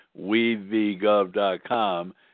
wevgov.com